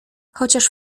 chociaż